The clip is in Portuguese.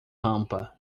rampa